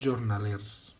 jornalers